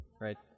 right